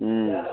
हुँ